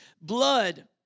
blood